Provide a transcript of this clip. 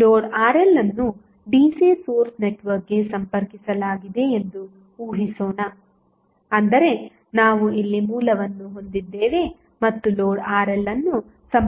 load RL ಅನ್ನು DC source ನೆಟ್ವರ್ಕ್ಗೆ ಸಂಪರ್ಕಿಸಲಾಗಿದೆ ಎಂದು ಊಹಿಸೋಣ ಅಂದರೆ ನಾವು ಇಲ್ಲಿ ಮೂಲವನ್ನು ಹೊಂದಿದ್ದೇವೆ ಮತ್ತು ಲೋಡ್ RL ಅನ್ನು ಸಂಪರ್ಕಿಸಲಾಗಿದೆ